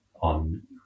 on